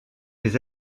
des